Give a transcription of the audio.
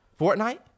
Fortnite